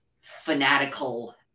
fanatical